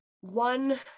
one